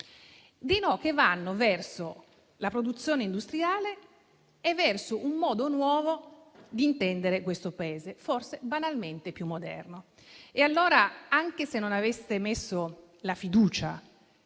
dei no, che vanno verso la produzione industriale e verso un modo nuovo di intendere questo Paese, forse, banalmente, più moderno. E, allora, anche se non aveste messo la fiducia,